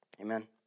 Amen